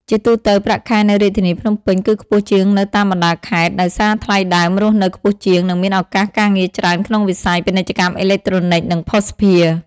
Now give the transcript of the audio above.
ជាទូទៅ ប្រាក់ខែនៅរាជធានីភ្នំពេញគឺខ្ពស់ជាងនៅតាមបណ្តាខេត្ត ដោយសារថ្លៃដើមរស់នៅខ្ពស់ជាង និងមានឱកាសការងារច្រើនក្នុងវិស័យ ពាណិជ្ជកម្មអេឡិចត្រូនិក និងភស្តុភារ។